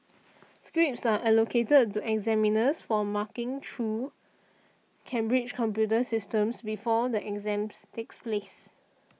scripts are allocated to examiners for marking true Cambridge's computer systems before the exams takes place